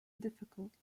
difficult